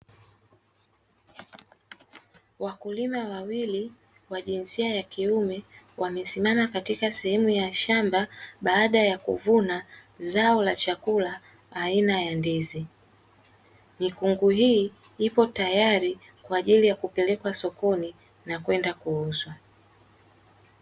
Wakulima wawili wa jinsia ya kiume wamesimama katika sehemu ya shamba baada ya kuvuna zao la chakula aina ya ndizi mikungu hii ipo tayari kwa ajili ya kupelekwa sokoni na kwenda kuuzwa.